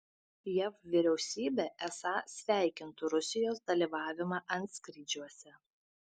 jav vyriausybė esą sveikintų rusijos dalyvavimą antskrydžiuose